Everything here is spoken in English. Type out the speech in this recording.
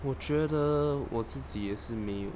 我觉得我自己也是没有